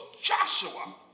Joshua